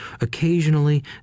occasionally